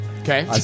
Okay